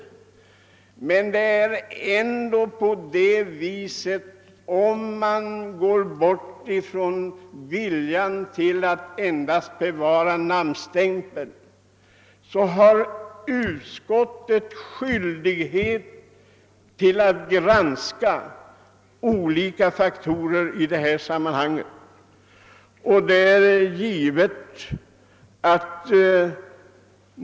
Om man bortser från viljan att bevara endast en namnstämpel, finner man ändå att utskottet har skyldighet att granska olika faktorer i detta sammanhang.